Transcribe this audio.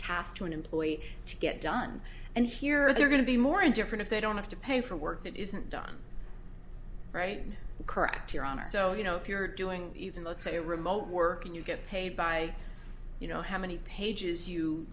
task to an employee to get done and here they're going to be more and different if they don't have to pay for work that isn't done right and correct your honor so you know if you're doing even though it's a remote work and you get paid by you know how many pages you